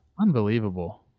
Unbelievable